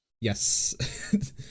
yes